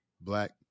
black